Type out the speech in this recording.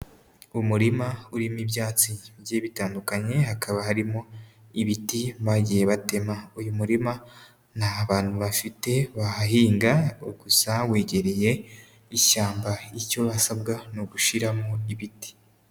Umurima urimo ibyatsi bigiye bitandukanye hakaba harimo ibiti bagiye batema, uyu murima nta bantu bafite bahahinga gusa wegereye ishyamba, icyo hasabwa ni ugushyiramo ibiti.